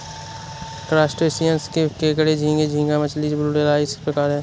crustaceans में केकड़े झींगे, झींगा मछली, वुडलाइस प्रकार है